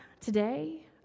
Today